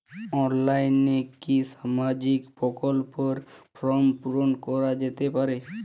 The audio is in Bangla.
অনলাইনে কি সামাজিক প্রকল্পর ফর্ম পূর্ন করা যেতে পারে?